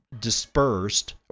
dispersed